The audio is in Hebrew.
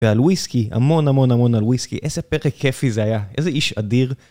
ועל וויסקי, המון המון המון על וויסקי, איזה פרק כיפי זה היה, איזה איש אדיר.